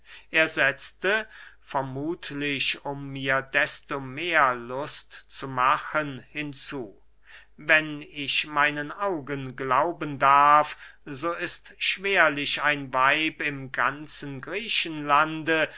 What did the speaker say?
er setzte vermuthlich um mir desto mehr lust zu machen hinzu wenn ich meinen augen glauben darf so ist schwerlich ein weib im ganzen griechenlande